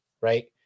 right